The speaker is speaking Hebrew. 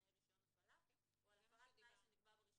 מתנאי רישיון הפעלה או על הפרת תנאי שנקבע ברישיון,